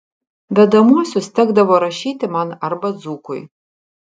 vedamuosius tekdavo rašyti man arba dzūkui